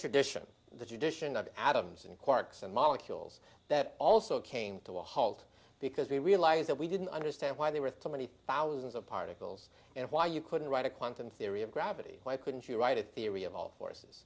tradition the tradition of adams and quarks and molecules that also came to a halt because we realize that we didn't understand why they were too many thousands of particles and why you couldn't write a quantum theory of gravity why couldn't you write a theory of all forces